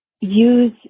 use